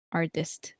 artist